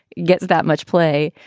gets that much play.